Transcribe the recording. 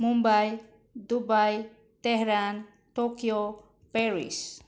Mumbai Dubai Tehran Tokyo Paris